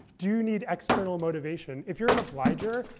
do you need external motivation? if you're an obliger,